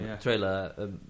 trailer